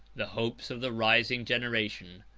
the hopes of the rising generation.